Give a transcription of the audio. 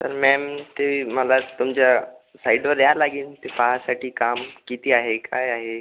तर मॅम ते मला तुमच्या साईटवर यावं लागेल ते पाहायसाठी काम किती आहे काय आहे